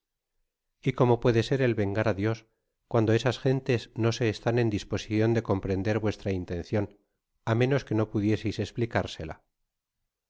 y cómo puede ser el vengar á dios cuando esas gentes no se estan en disposicion de comprender vnes tra intencion á menos que no pudiéseis esplicársela